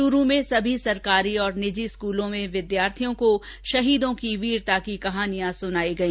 चूरू में सभी सरकारी और निजी स्कूलों में विद्यार्थियों को शहीदों की वीरता की कहानियां सुनाई गई